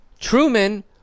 Truman